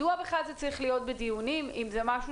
מדוע זה צריך להיות בדיונים אם זה משהו